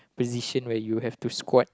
position where you have to squat